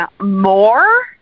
more